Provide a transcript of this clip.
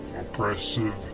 oppressive